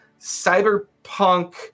cyberpunk